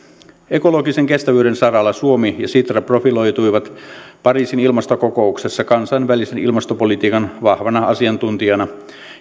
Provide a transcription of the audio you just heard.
ekologisen kestävyyden saralla suomi ja sitra profiloituivat pariisin ilmastokokouksessa kansainvälisen ilmastopolitiikan vahvana asiantuntijana